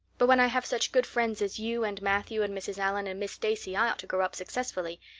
but when i have such good friends as you and matthew and mrs. allan and miss stacy i ought to grow up successfully,